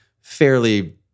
fairly